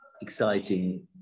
exciting